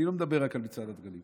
אני לא מדבר רק על מצעד הדגלים,